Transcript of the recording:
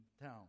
town